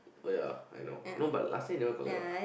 oh ya I know no but last year never collect what